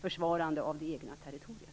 försvarande av det egna territoriet.